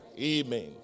amen